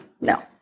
No